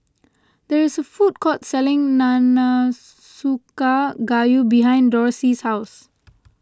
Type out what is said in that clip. there is a food court selling gayu behind Dorsey's house